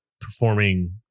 performing